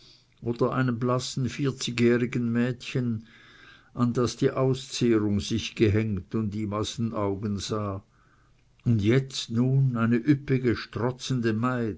oder einem blassen vierzigjährigen mädchen an das die auszehrung sich gehängt und ihm aus den augen sah und jetzt nun eine üppige strotzende maid